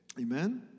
Amen